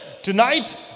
tonight